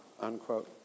unquote